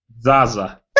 Zaza